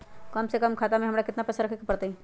कम से कम खाता में हमरा कितना पैसा रखे के परतई?